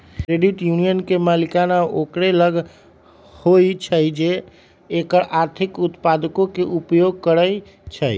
credit union के मलिकाना ओकरे लग होइ छइ जे एकर आर्थिक उत्पादों के उपयोग करइ छइ